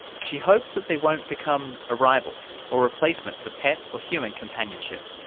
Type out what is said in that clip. she hopes that they won't become a rival or replacement for pet or human companionship.